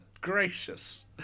gracious